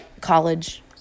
college